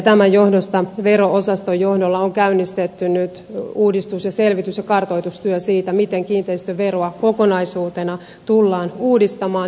tämän johdosta vero osaston johdolla on käynnistetty nyt uudistus ja selvitys ja kartoitustyö siitä miten kiinteistöveroa kokonaisuutena tullaan uudistamaan